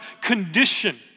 condition